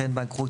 "בנק".